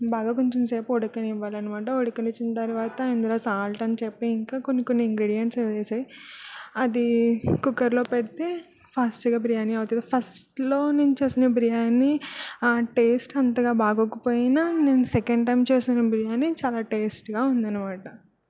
బాగ కొంచం సేపు ఉడకనివ్వలి అనమాట ఉడకనిచ్చిన తర్వాత ఇందులో సాల్ట్ అని చెప్పి ఇంకా కొన్ని కొన్ని ఇంగ్రీడియెంట్స్ వేసి అది కుక్కర్లో పెడితే ఫాస్టుగా బిర్యాని అవుతుంది ఫస్ట్లో నేను చేసిన బిర్యానీ ఆ టేస్ట్ అంతగా బాగోక పోయిన నేను సెకండ్ టైమ్ చేసిన బిర్యానీ చాలా టేస్ట్గా ఉంది అన్నమాట